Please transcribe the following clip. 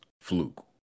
fluke